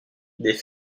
des